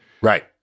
right